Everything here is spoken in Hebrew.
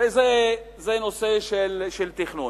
הרי זה נושא של תכנון.